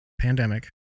pandemic